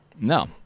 No